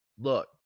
Look